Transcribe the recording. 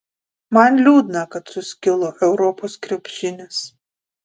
man liūdna kad suskilo europos krepšinis